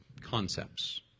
concepts